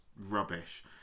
rubbish